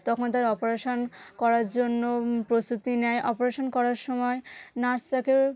তখন তার অপরেশন করার জন্য প্রস্তুতি নেয় অপরেশন করার সময় নার্স তাকে